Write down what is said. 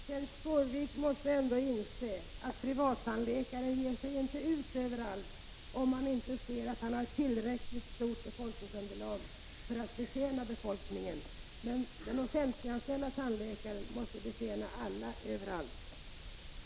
Herr talman! Kenth Skårvik måste väl ändå inse att privattandläkare inte ger sig in på att arbeta på platser där befolkningsunderlaget inte är tillräckligt stort. Men den offentligt anställde tandläkaren måste betjäna alla överallt.